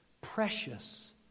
Precious